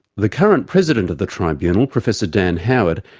the current president of the tribunal, professor dan howard,